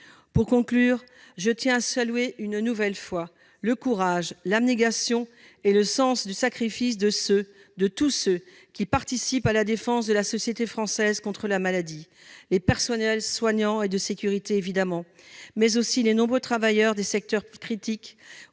Pour conclure, je tiens à saluer une nouvelle fois le courage, l'abnégation et le sens du sacrifice de tous ceux qui participent à la défense de la société française contre la maladie : les personnels soignants et de sécurité, évidemment, mais aussi les nombreux travailleurs des secteurs critiques